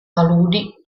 paludi